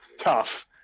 tough